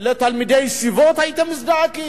לתלמידי ישיבות, הייתם מזדעקים.